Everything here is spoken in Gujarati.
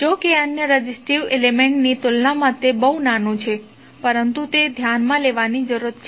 જોકે અન્ય રેઝીસ્ટીવ એલિમેન્ટ્ની તુલનામાં તે નાનું છે પરંતુ તે ધ્યાનમાં લેવાની જરૂર છે